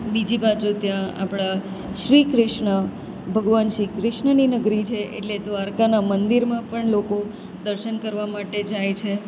બીજી બાજુ ત્યાં આપણા શ્રી કૃષ્ણ ભગવાન શ્રી કૃષ્ણની નગરી છે એટલે દ્વારકાના મંદિરમાં પણ લોકો દર્શન કરવા માટે જાય છે